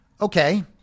Okay